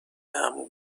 عمو